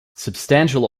substantial